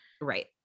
right